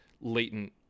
latent